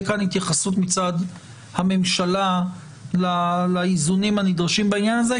כאן התייחסות מצד הממשלה לאיזונים הנדרשים בעניין הזה,